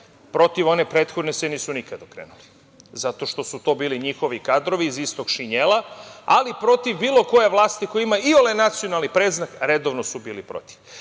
Protiv one prethodne se nisu nikad okrenuli zato što su to bili njihovi kadrovi iz istog šinjela, ali protiv bilo koje vlasti koja ima iole nacionalni predznak redovno su bili protiv